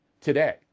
today